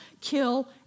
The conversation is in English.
kill